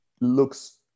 looks